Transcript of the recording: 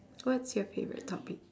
what's your favourite topic